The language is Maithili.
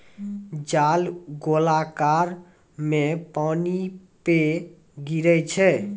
जाल गोलाकार मे पानी पे गिरै छै